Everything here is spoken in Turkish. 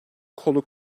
kolu